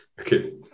Okay